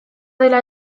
dela